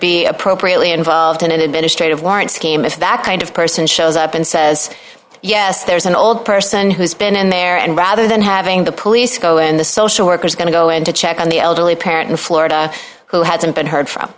be appropriately involved in an administrative warrant scheme if that kind of person shows up and says yes there's an old person who's been in there and rather than having the police go in the social workers going to go in to check on the elderly parent in florida who hasn't been heard from